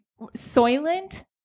Soylent